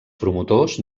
promotors